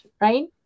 right